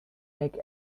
make